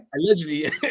Allegedly